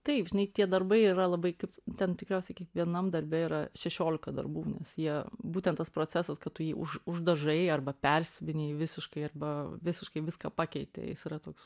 taip žinai tie darbai yra labai kaip ten tikriausiai kiekvienam darbe yra šešiolika darbų nes jie būtent tas procesas kad tu jį už uždažai arba persiuvinėji visiškai arba visiškai viską pakeiti jis yra toks